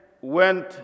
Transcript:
went